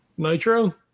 Nitro